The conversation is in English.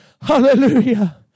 Hallelujah